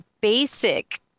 basic